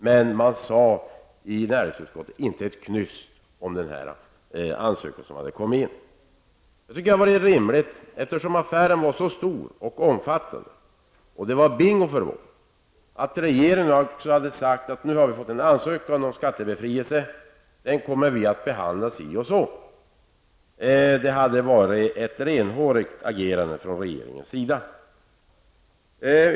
Men i näringsutskottet sades det inte ett knyst om den ansökan som hade kommit in. Eftersom affären var så stor hade det varit rimligt att informera. Det var bingo för Volvo. Regeringen borde ha talat om att den fått en ansökan om skattebefrielse och att den skulle behandlas på det eller det sättet. Det hade varit ett renhårigt agerande från regeringens sida.